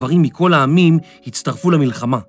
גברים מכל העמים הצטרפו למלחמה.